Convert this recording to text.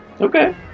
Okay